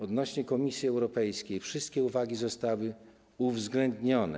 Odnośnie do Komisji Europejskiej - wszystkie uwagi zostały uwzględnione.